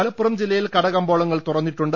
മലപ്പുറം ജില്ലയിൽ കടകമ്പോളങ്ങൾ തുറന്നിട്ടുണ്ട്